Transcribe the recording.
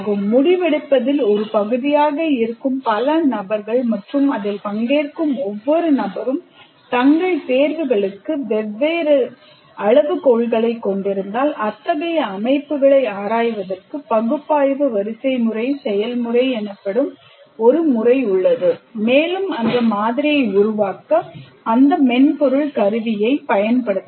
முடிவெடுப்பதில் ஒரு பகுதியாக இருக்கும் பல நபர்கள் மற்றும் அதில் பங்கேற்கும் ஒவ்வொரு நபரும் தங்கள் தேர்வுகளுக்கு வெவ்வேறு அளவுகோல்களைக் கொண்டிருந்தால் அத்தகைய அமைப்புகளை ஆராய்வதற்கு பகுப்பாய்வு வரிசைமுறை செயல்முறை எனப்படும் ஒரு முறை உள்ளது மேலும் அந்த மாதிரியை உருவாக்க அந்த மென்பொருள் கருவியைப் பயன்படுத்தலாம்